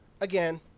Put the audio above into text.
again